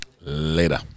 later